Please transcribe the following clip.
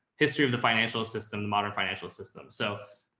history of the financial system, the modern financial system. so.